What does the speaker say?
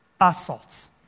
assaults